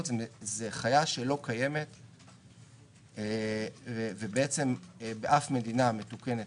זה חיה שלא קיימת בעצם באף מדינה מתוקנת